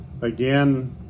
Again